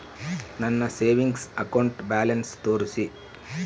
ನನ್ನ savings account balance ತೋರಿಸಿ?